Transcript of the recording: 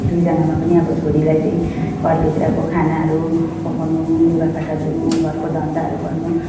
दुईजनामा पनि अब छोरीलाई चाहिँ घरभित्रको खानाहरू पकाउनु लुगाफाटा धुनु घरको धन्दाहरू गर्नु